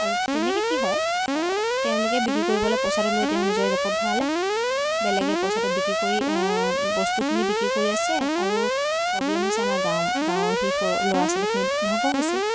আৰু তেনেকৈ কি হয় তেওঁলোকে বিক্ৰী কৰিবলৈ পইচাটো লৈ তেওঁৰ নিজৰ জেপত ভৰালে বেলেগে পইচাটো বিক্ৰী কৰি বস্তুখিনি বিক্ৰী কৰি আছে আৰু প্ৰব্লেম হৈছে আমাৰ গাঁও গাঁৱৰ সেই সৰু ল'ৰা ছোৱালীখিনি ধ্বংস হৈছে